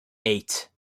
eight